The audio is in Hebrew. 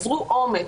אזרו אומץ,